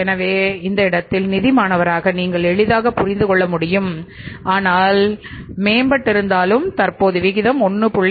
எனவே இந்த இடத்தில் நிதி மாணவராக நீங்கள் எளிதாக புரிந்து கொள்ள முடியும் ஆனால் மேம்பட்டு இருந்தாலும் தற்போது விகிதம்1